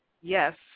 yes